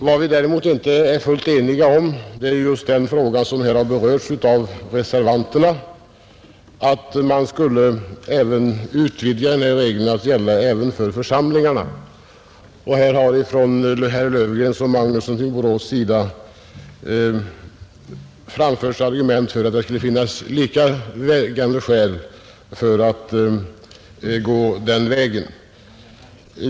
Vad vi däremot inte är fullt eniga om är den fråga som här berörts av reservanterna, att man skulle utvidga dessa regler att gälla även för församlingarna. Herr Löfgren och herr Magnusson i Borås har framfört argument för att det skulle finnas lika vägande skäl i detta fall.